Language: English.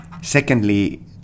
Secondly